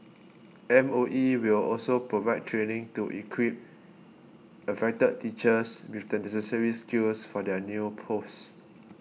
M O E will also provide training to equip affected teachers with the necessary skills for their new posts